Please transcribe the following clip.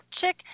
Chick